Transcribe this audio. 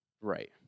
Right